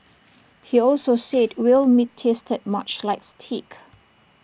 he also said whale meat tasted much like steak